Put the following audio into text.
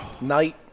night